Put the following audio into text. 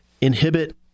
inhibit